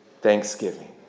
thanksgiving